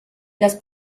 las